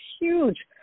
huge